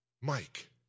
Mike